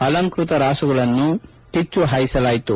ಅಲಂಕೃತ ರಾಸುಗಳನ್ನು ಕಿಚ್ಚಿ ಹಾಯಿಸಲಾಯಿತು